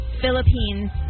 Philippines